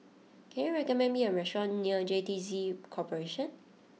can you recommend me a restaurant near J T C Corporation